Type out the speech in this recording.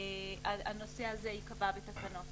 הנושא הזה ייקבע בתקנות